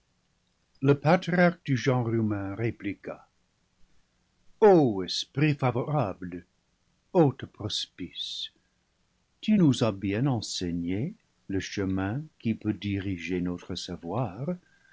le patriarche du genre humain répliqua o esprit favorable hôte prospice tu nous as bien enseigné le chemin qui peut diriger notre savoir